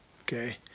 okay